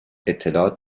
اطلاعات